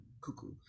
cuckoo